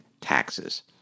taxes